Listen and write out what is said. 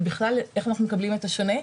ובכלל איך אנחנו מקבלים את השונה.